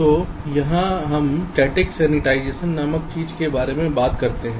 तो यहाँ हम स्थैतिक संवेदीकरण नामक चीज़ के बारे में बात करते हैं